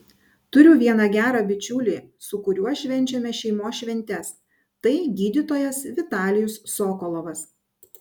turiu vieną gerą bičiulį su kuriuo švenčiame šeimos šventes tai gydytojas vitalijus sokolovas